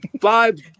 five